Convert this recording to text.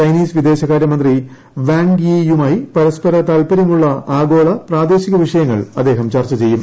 Chinese വിദേശകാര്യ മന്ത്രി Wang Yi യുമായി പരസ്പര താൽപര്യമുള്ള ആഗോള പ്രാദേശിക വിഷയങ്ങൾ അദ്ദേഹം ചർച്ച ചെയ്യും